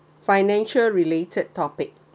financial related topic